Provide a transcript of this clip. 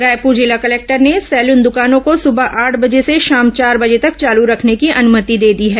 रायपुर जिला कलेक्टर ने सेलून दुकानों को सुबह आठ बजे से शाम चार बजे तक चालू रखने की अनुमति दे दी है